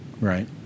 Right